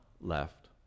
left